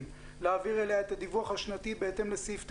להעביר אליה את הדיווח השנתי בהתאם לסעיף 9(ג)